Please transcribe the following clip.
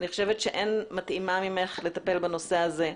אני חושבת שאין מתאימה ממך לטפל בנושא הזה.